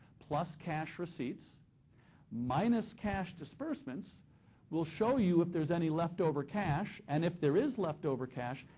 plus cash receipts minus cash disbursements will show you if there's any left over cash, and if there is leftover cash,